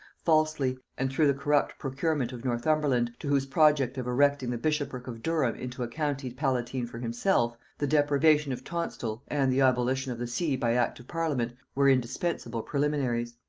falsely, and through the corrupt procurement of northumberland, to whose project of erecting the bishopric of durham into a county palatine for himself, the deprivation of tonstal, and the abolition of the see by act of parliament, were indispensable preliminaries.